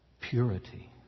Purity